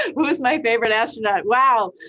who is my favorite astronaut. wow.